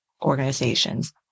organizations